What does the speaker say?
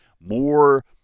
more